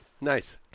Nice